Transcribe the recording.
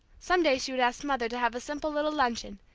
some day she would ask. mother to have a simple little luncheon,